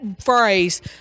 phrase